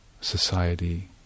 society